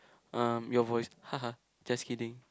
um your voice ha ha just kidding